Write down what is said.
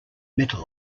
metal